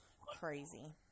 crazy